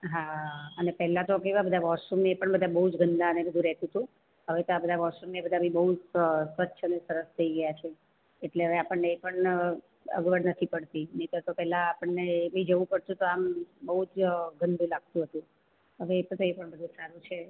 હા અને પહેલાં તો કેવાં બધાં વોશરૂમ એ પણ બધાં જ બહું જ ગંદાને એ બધુ રહેતુ હતું હવે તો આ બધાં વોશરૂમ એ બધાં બી બહુ સ્વચ્છ અને સરસ થઈ ગયાં છે એટલે હવે આપણને એ પણ અગવડ નથી પડતી નહીંતર પહેલાં તો આપણને કંઈ જવું પડતું તો આમ બહુ જ ગંદુ લાગતું હતું હવે એ પણ બધું સારું છે